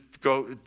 go